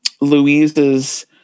Louise's